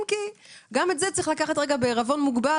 אם כי גם את זה יש לקחת בעירבון מוגבל.